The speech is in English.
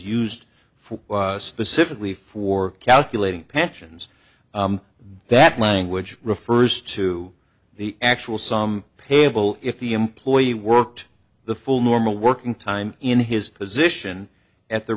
for specifically for calculating pensions that language refers to the actual some payable if the employee worked the full normal working time in his position at the